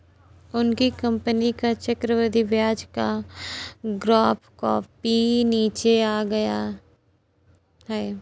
उनकी कंपनी का चक्रवृद्धि ब्याज का ग्राफ काफी नीचे आ गया है